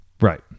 Right